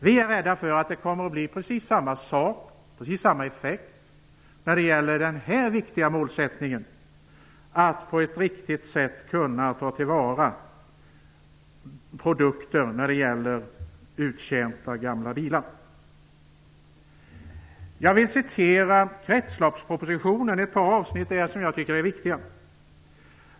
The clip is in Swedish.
Vi är rädda för att det får precis samma effekt när det gäller den viktiga målsättningen att på ett riktigt sätt kunna ta till vara produkter i form av uttjänta gamla bilar. Jag vill citera ett par avsnitt av kretsloppspropositionen som jag tycker är viktiga.